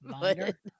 Minor